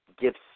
gives